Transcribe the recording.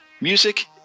Music